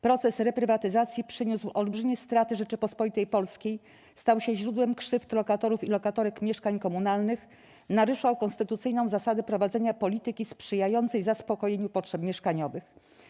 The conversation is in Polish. Proces reprywatyzacji przyniósł olbrzymie straty Rzeczypospolitej Polskiej, stał się źródłem krzywd lokatorów i lokatorek mieszkań komunalnych, naruszał konstytucyjną zasadę prowadzenia polityki sprzyjającej zaspokojeniu potrzeb mieszkaniowych.